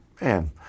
man